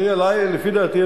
לדעתי,